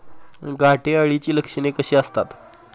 घाटे अळीची लक्षणे कशी असतात?